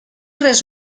res